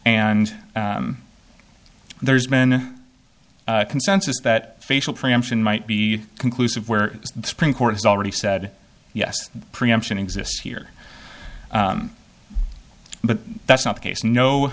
and there's been a consensus that facial preemption might be conclusive where the supreme court has already said yes preemption exists here but that's not the case no